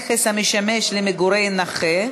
הארכת חופשת לידה),